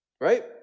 right